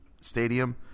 stadium